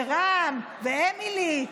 ורן ואמילי,